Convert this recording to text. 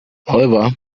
however